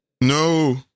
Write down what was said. No